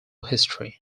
history